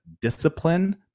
discipline